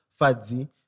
Fadzi